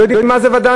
לא יודעים מה זה וד"לים.